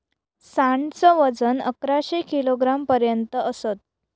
सांड च वजन अकराशे किलोग्राम पर्यंत असत